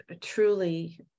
truly